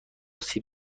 سیب